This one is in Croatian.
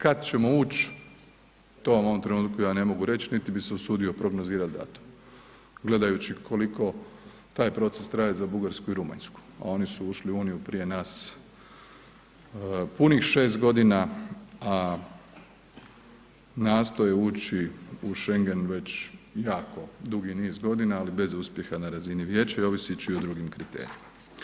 Kad ćemo uć, to vam u ovom trenutku ja ne mogu reć, niti bi se usudio prognozirat datum, gledajući koliko taj proces traje za Bugarsku i Rumunjsku, a oni su ušli u Uniju prije nas punih 6.g., a nastoje ući i Schengen već jako dugi niz godina, ali bez uspjeha na razini vijeća i oviseći o drugim kriterijima.